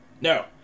No